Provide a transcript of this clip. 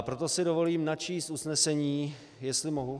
Proto si dovolím načíst usnesení, jestli mohu...